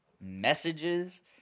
messages